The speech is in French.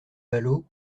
vallaud